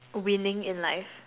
winning in life